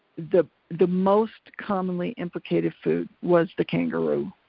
the the most commonly implicated food was the kangaroo.